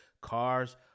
cars